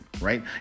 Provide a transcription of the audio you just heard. right